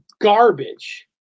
garbage